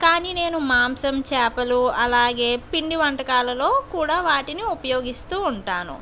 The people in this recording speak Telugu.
కానీ నేను మాంసం చేపలు అలాగే పిండి వంటకాలలో కూడా వాటిని ఉపయోగిస్తూ ఉంటాను